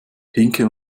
pinke